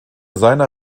seiner